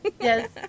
Yes